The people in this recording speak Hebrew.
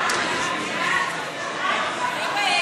--- יואב,